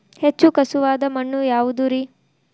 ಹೆಚ್ಚು ಖಸುವಾದ ಮಣ್ಣು ಯಾವುದು ರಿ?